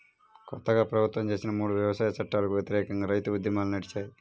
కొత్తగా ప్రభుత్వం చేసిన మూడు వ్యవసాయ చట్టాలకు వ్యతిరేకంగా రైతు ఉద్యమాలు నడిచాయి